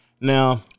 Now